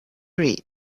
read